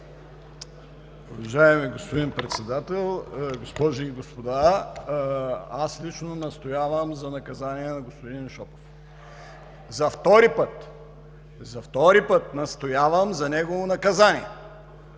Уважаеми господин Председател, госпожи и господа! Аз лично настоявам за наказание на господин Шопов. За втори път настоявам за негово наказание!